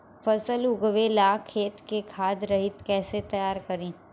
फसल उगवे ला खेत के खाद रहित कैसे तैयार करी?